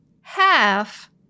half